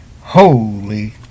Holy